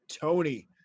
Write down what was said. Tony